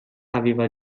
aveva